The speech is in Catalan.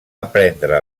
aprendre